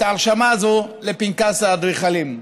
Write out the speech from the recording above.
את ההרשמה הזו בפנקס האדריכלים.